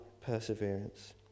perseverance